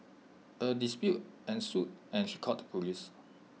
A dispute ensued and she called the Police